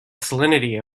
salinity